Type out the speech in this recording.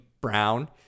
brown